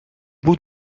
moet